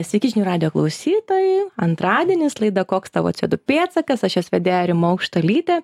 sveiki žinių radijo klausytojai antradienis laida koks tavo c o du pėdsakas aš jos vedėja rima aukštuolytė